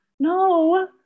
no